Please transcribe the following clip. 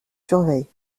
surveillent